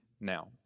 now